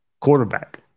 quarterback